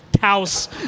house